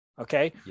okay